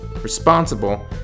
responsible